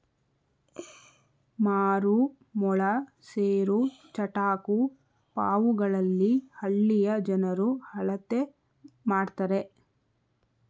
ಮಾರು, ಮೊಳ, ಸೇರು, ಚಟಾಕು ಪಾವುಗಳಲ್ಲಿ ಹಳ್ಳಿಯ ಜನರು ಅಳತೆ ಮಾಡ್ತರೆ